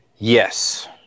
Yes